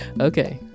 okay